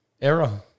error